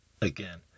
Again